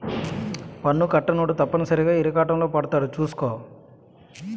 పన్ను కట్టనోడు తప్పనిసరిగా ఇరకాటంలో పడతాడు సూసుకో